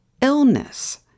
illness